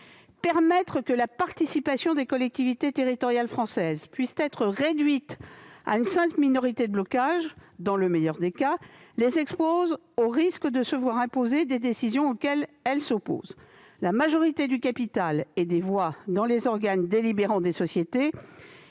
Permettre que la participation des collectivités territoriales françaises puisse être réduite à une simple minorité de blocage, dans le meilleur des cas, les expose au risque de se voir imposer des décisions auxquelles elles s'opposent. La majorité du capital et des voix dans les organes délibérants des sociétés